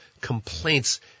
complaints